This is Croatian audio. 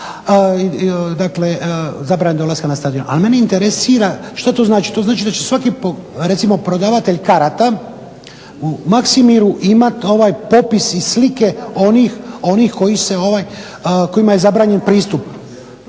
Dakle, zabrane dolaska na stadion. Ali mene interesira, što to znači, to znači da će svaki recimo prodavatelj karata u Maksimiru imati ovaj popis i slike onih kojima je zabranjen pristup